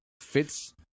fits